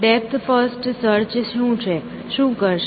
depth first search શું કરશે